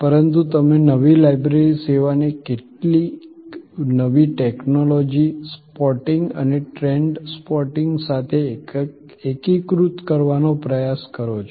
પરંતુ તમે નવી લાઇબ્રેરી સેવાને કેટલીક નવી ટેકનોલોજી સ્પોટિંગ અને ટ્રેન્ડ સ્પોટિંગ સાથે એકીકૃત કરવાનો પ્રયાસ કરો છો